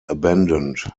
abandoned